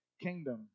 kingdom